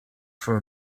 for